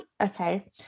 okay